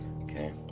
okay